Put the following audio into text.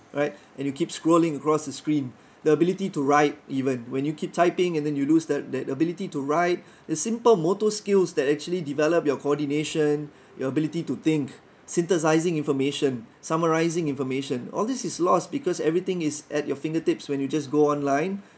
right and you keep scrolling across the screen the ability to write even when you keep typing and then you lose the that ability to write it's simple motor skills that actually develop your coordination your ability to think synthesizing information summarizing information all these is lost because everything is at your fingertips when you just go online